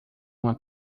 uma